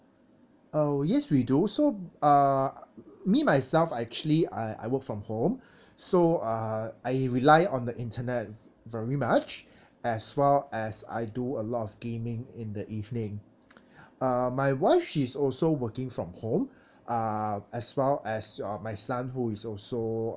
uh yes we do so uh me myself actually I I work from home so uh I rely on the internet very much as well as I do a lot of gaming in the evening uh my wife she's also working from home uh as well as uh my son who is also